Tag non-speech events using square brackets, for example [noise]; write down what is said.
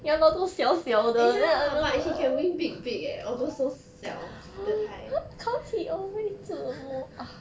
!aiya! but he can win big big eh although so 小 the 台 [laughs]